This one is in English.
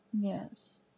Yes